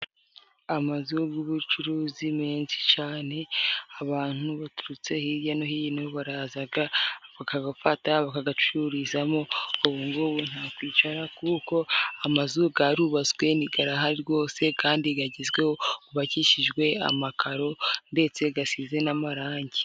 Amazu y'ubucuruzi menshi cyane, abantu baturutse hirya no hino baraza bayafata, bakayacururizamo, ubungubu nta kwicara kuko amazu yarubatswe arahari rwose, kandi agezweho, yubakishijwe amakaro ndetse asize n'amarangi.